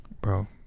Bro